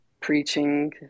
preaching